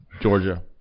Georgia